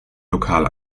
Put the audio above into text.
lokal